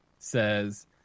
says